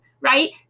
right